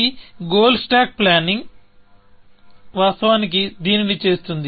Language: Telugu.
ఈ గోల్ స్టాక్ ప్లానింగ్ వాస్తవానికి దీనిని చేస్తుంది